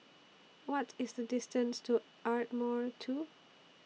What IS The distance to Ardmore two